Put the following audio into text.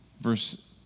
Verse